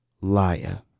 liar